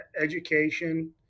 education